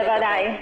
בוודאי.